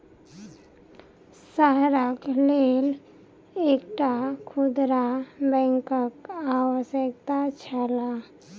शहरक लेल एकटा खुदरा बैंकक आवश्यकता छल